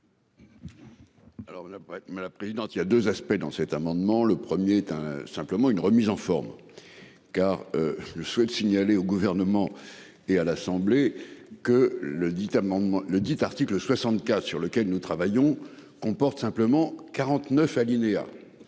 Alors a mais la présidente, il y a 2 aspects dans cet amendement, le 1er putain simplement une remise en forme. Car je souhaite signaler au gouvernement et à l'Assemblée que le dit amendement le dit article 64, sur lequel nous travaillons comporte simplement 49 alinéa.